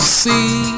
see